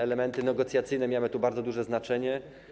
Elementy negocjacyjne miały tu bardzo duże znaczenie.